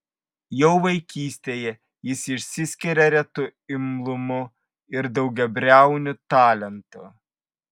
jau vaikystėje jis išsiskiria retu imlumu ir daugiabriauniu talentu